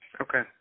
Okay